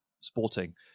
Sporting